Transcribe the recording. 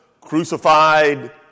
crucified